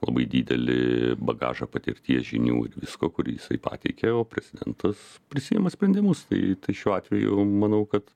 labai didelį bagažą patirties žinių ir visko kurį jisai pateikia o prezidentas prisiima sprendimus tai tai šiuo atveju manau kad